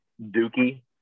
dookie